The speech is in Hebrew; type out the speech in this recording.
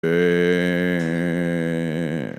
אההההה